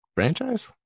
franchise